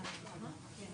השעה